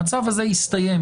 המצב הזה הסתיים.